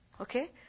Okay